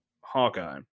Hawkeye